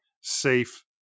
safe